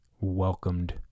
welcomed